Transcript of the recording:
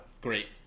great